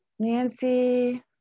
Nancy